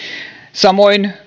samoin